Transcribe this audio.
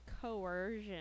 coercion